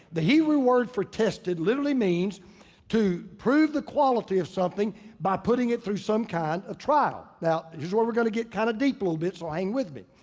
the hebrew word for tested literally means to prove the quality of something by putting it through some kind of trial. now, here's where we're gonna get kinda kind of deep little bit so hang with me.